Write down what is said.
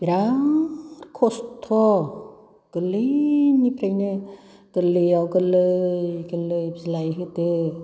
बिराद खस्थ' गोरलैनिफ्रायनो गोरलैयाव गोरलै गोरलै बिलाइ होदो